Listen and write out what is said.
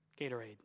Gatorade